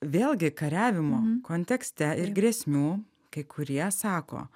vėlgi kariavimo kontekste ir grėsmių kai kurie sako